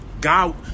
God